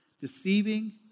deceiving